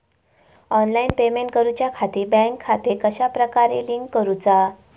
Online payment करुच्याखाती bank खाते कश्या प्रकारे लिंक करुचा?